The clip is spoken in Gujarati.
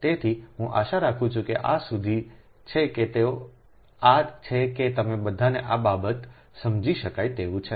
તેથી I આશા રાખું છું કે આ આ સુધી છે તે આ છે કે તમે બધાને આ બાબત સમજી શકાય તેવું છે